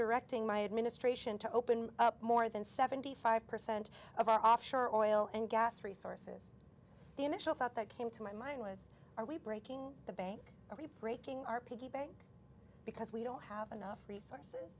directing my administration to open up more than seventy five percent of our offshore oil and gas resources the initial thought that came to my mind was are we breaking the bank or breaking our piggy bank because we don't have enough resources